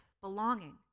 belonging